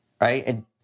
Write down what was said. right